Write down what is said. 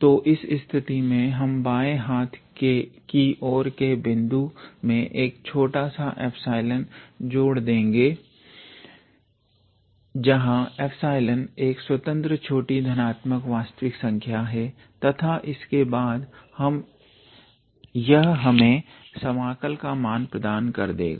तो इस स्थिति में हम बाँये हाथ की और के बिंदु मे एक छोटा एप्सलोन जोड़ देते हैं जहां एप्सलोन एक स्वतंत्र छोटी धनात्मक वास्तविक संख्या है तथा इसके बाद यह हमें समाकल का मान प्रदान कर देगा